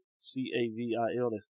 C-A-V-I-L